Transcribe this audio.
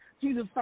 Jesus